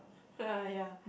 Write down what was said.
ah ya